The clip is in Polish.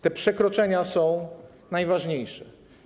Te przekroczenia są najważniejsze.